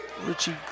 Richie